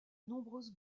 nombreuses